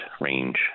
range